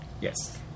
Yes